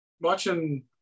watching